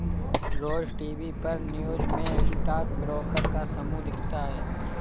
रोज TV पर news में stock broker का समूह दिखता है